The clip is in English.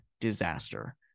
disaster